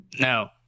No